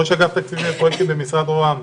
ראש אגף תקציבים ופרויקטים באגף ראש הממשלה,